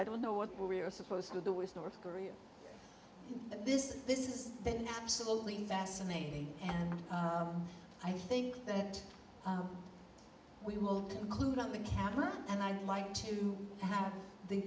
i don't know what we're supposed to do with north korea this is this is an absolutely fascinating and i think that we will include on the camera and i'd like to have the